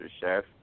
chef